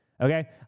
okay